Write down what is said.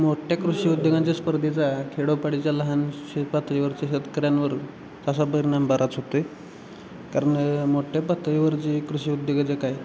मोठया कृषी उद्योगांच्या स्पर्धेचा खेडोपाडीच्या लहान पातळीवरच्या शेतकऱ्यांवर तसा परिणाम बराच होते कारण मोठया पातळीवर जे कृषी उद्योगक आहेत